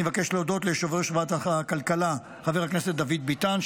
אני מבקש להודות ליושב-ראש ועדת הכלכלה חבר הכנסת דוד ביטן,